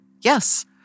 Yes